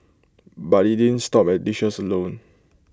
but IT didn't stop at dishes alone